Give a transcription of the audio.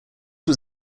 was